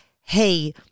hey